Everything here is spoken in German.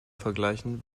vergleichen